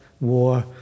war